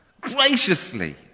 graciously